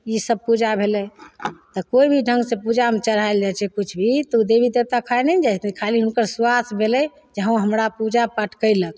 ई सब पुजा भेलै तऽ कोइ भी ढङ्गसँ पूजामे चढ़ायल जाइ छै किछु भी तऽ उ देवी देवता खाइ नहि ने जाइ छथिन खाली हुनकर श्वास भेलय जे हँ हमरा पूजा पाठ कयलक